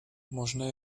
možné